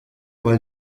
weil